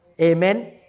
Amen